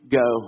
go